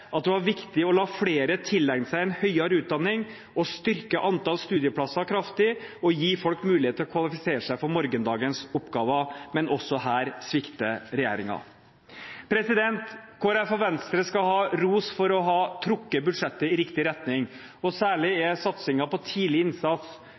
var viktig å la flere tilegne seg høyere utdanning, styrke antall studieplasser kraftig og gi folk mulighet til å kvalifisere seg for morgendagens oppgaver, men også her svikter regjeringen. Kristelig Folkeparti og Venstre skal ha ros for å ha trukket budsjettet i riktig retning. Særlig er satsingen på tidlig innsats